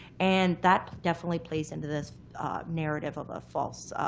and that definitely plays into this narrative of a false,